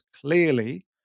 clearly